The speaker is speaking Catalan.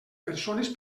persones